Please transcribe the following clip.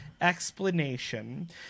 explanation